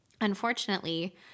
unfortunately